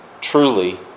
truly